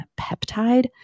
peptide